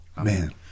man